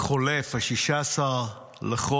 החולף, 16 בחודש,